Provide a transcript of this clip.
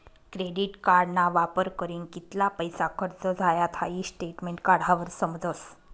credit कार्डना वापर करीन कित्ला पैसा खर्च झायात हाई स्टेटमेंट काढावर समजस